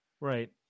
Right